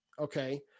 Okay